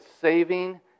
saving